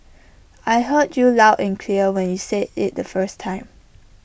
I heard you loud and clear when you said IT the first time